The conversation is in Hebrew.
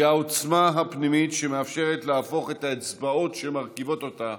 היא העוצמה הפנימית שמאפשרת להפוך את האצבעות שמרכיבות אותה